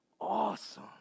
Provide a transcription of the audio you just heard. awesome